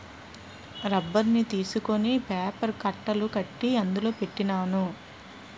రబ్బర్ని తీసుకొని పేపర్ కట్టలు కట్టి అందులో పెట్టినాను